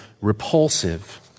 repulsive